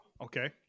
Okay